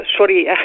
sorry